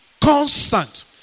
constant